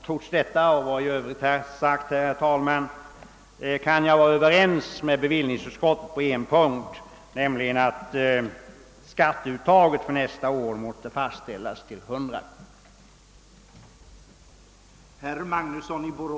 Trots detta och vad i övrigt sagts här kan jag, herr talman, vara överens med bevillningsutskottet på en punkt, nämligen att skatteuttaget för nästa år måtte fastställas till 100.